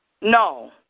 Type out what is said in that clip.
no